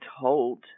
told